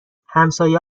همسایه